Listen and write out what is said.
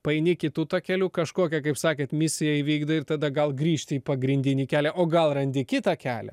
paeini kitu takeliu kažkokią kaip sakėt misiją įvykdai ir tada gal grįžti į pagrindinį kelią o gal randi kitą kelią